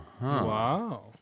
Wow